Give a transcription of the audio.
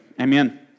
Amen